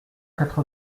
quatre